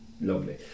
Lovely